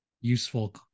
useful